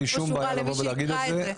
אין לי בעיה לומר את זה.